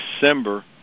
December